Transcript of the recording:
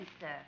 sir